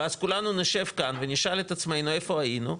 ואז כולנו נשב כאן ונשאל את עצמנו איפה היינו,